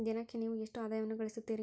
ದಿನಕ್ಕೆ ನೇವು ಎಷ್ಟು ಆದಾಯವನ್ನು ಗಳಿಸುತ್ತೇರಿ?